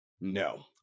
No